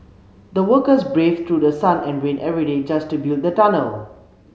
the workers braved through the sun and rain every day just to build the tunnel